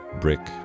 brick